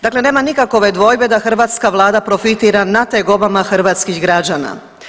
Dakle, nema nikakove dvojbe da hrvatska vlada profitira na tegobama hrvatskih građana.